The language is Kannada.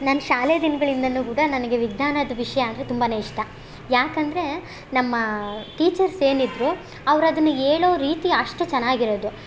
ನನ್ನ ಶಾಲೆ ದಿನ್ಗಳಿಂದನುಕೂಡ ನನಗೆ ವಿಜ್ಞಾನದ ವಿಷಯ ಅಂದರೆ ತುಂಬಾ ಇಷ್ಟ ಯಾಕಂದ್ರೆ ನಮ್ಮ ಟೀಚರ್ಸ್ ಏನಿದ್ದರು ಅವ್ರು ಅದನ್ನು ಹೇಳೋ ರೀತಿ ಅಷ್ಟು ಚೆನ್ನಾಗಿರೋದು